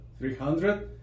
$300